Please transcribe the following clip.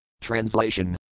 Translation